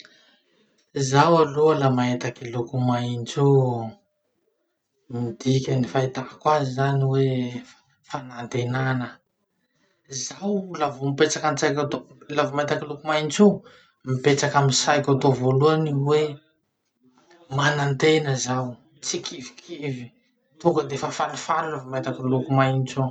Zaho aloha laha mahitaky kiloko maintso, midika ny fahitako azy zany hoe fanantenanana. Zaho laha vo mipetraky anatsaiko atoa laha vo mahitaky kiloko maintso io, mipetraky amy saiko atoa voalohany hoe manantena zaho tsy kivikivy. Tonga de fa falifaly laha vao mahita kiloko maintso.